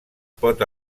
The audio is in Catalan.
pot